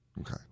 Okay